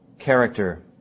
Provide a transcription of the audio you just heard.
Character